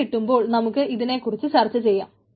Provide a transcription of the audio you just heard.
സമയം കിട്ടുമ്പോൾ നമുക്ക് ഇതിനെ കുറിച്ച് ചർച്ച ചെയ്യാം